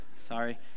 sorry